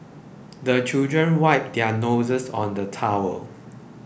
the children wipe their noses on the towel